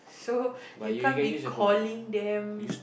so you can't be calling them